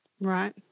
Right